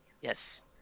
Yes